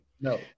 no